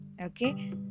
okay